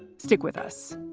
stick with us